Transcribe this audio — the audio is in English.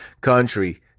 country